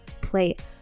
plate